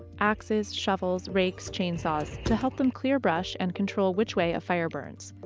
axes, shovels, rakes, chainsaws to help them clear brush and control which way a fire burns.